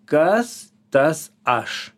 kas tas aš